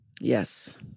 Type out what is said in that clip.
Yes